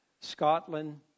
Scotland